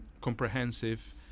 comprehensive